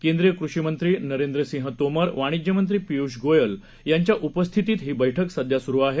केंद्रीय कृषीमंत्री नरेंद्र सिंह तोमर वाणिज्य मंत्री पियुष गोयल यांच्या उपस्थितीत ही बैठक सध्या सुरु आहे